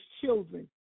children